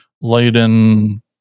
Laden